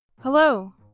Hello